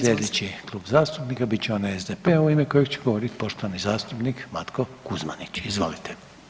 Slijedeći klub zastupnika bit će onaj SDP-a u ime kojeg će govoriti poštovani zastupnik Matko Kuzmanić, izvolite.